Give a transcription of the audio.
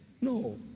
No